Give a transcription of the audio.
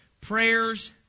prayers